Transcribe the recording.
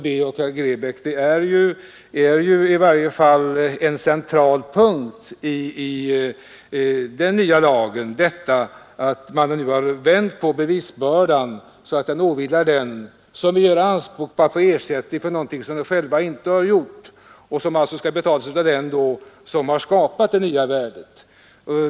En central punkt i den nya lagen, herrar Tobé och Grebäck, är ju att man har vänt på bevisbördan så att den åvilar den som gör anspråk på att få ersättning för en värdestegring som han inte medverkat till, en ersättning som skall betalas av den som skapat det nya värdet.